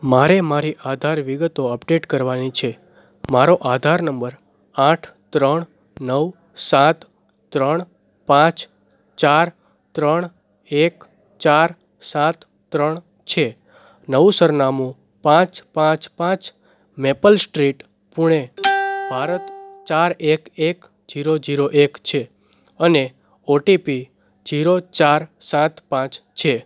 મારે મારી આધાર વિગતો અપડેટ કરવાની છે મારો આધાર નંબર આઠ ત્રણ નવ સાત ત્રણ પાંચ ચાર ત્રણ એક ચાર સાત ત્રણ છે નવું સરનામું પાંચ પાંચ પાંચ મેપલ સ્ટ્રીટ પૂણે ભારત ચાર એક એક જીરો જીરો એક છે અને ઓટીપી જીરો ચાર સાત પાંચ છે